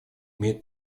имеет